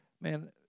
man